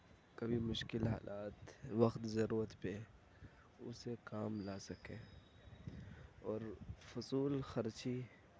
کبھی مشکل حالات وقت ضرورت پہ اسے کام لا سکیں اور فضول خرچی